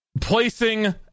Placing